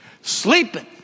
Sleeping